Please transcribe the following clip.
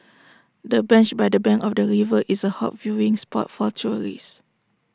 the bench by the bank of the river is A hot viewing spot for tourists